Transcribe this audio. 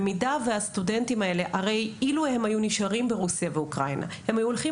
אם הסטודנטים היו נשארים ברוסיה ואוקראינה הם היו הולכים